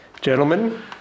Gentlemen